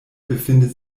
befindet